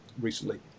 recently